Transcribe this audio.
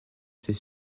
ces